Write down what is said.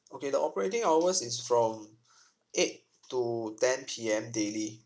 okay the operating hours is from eight to ten P_M daily